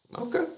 Okay